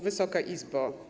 Wysoka Izbo!